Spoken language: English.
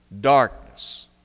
darkness